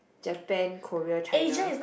Japan Korea China